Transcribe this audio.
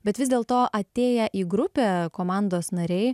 bet vis dėlto atėję į grupę komandos nariai